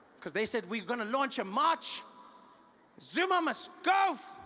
because they said we are going to launch a march zuma must go!